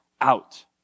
out